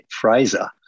Fraser